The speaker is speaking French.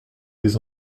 des